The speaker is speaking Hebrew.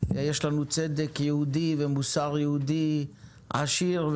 יש לנו צדק יהודי ומוסר יהודי עשיר.